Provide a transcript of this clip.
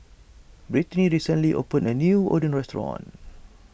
Britney recently opened a new Oden restaurant